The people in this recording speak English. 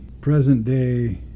present-day